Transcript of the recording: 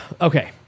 okay